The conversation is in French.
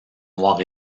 noir